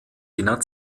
jener